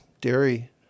dairy